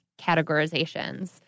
categorizations